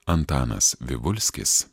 antanas vivulskis